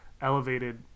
elevated